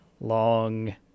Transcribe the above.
long